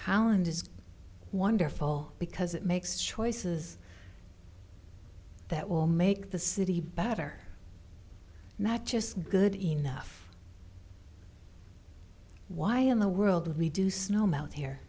hound is wonderful because it makes choices that will make the city better not just good enough why in the world would we do snow melt here